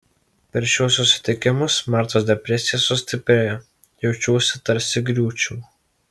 per šiuos susitikimus martos depresija sustiprėjo jaučiuosi tarsi griūčiau